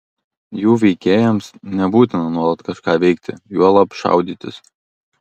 jų veikėjams nebūtina nuolat kažką veikti juolab šaudytis